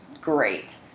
great